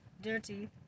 dirty